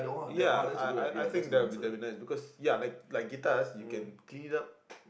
ya I I I think that will be that will be nice because ya like like guitars you can clean up